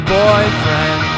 boyfriend